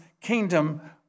kingdom